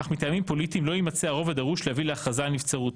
אך מטעמים פוליטיים לא יימצא הרוב הדרוש להביא להכרזה על נבצרותו.